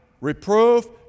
reproof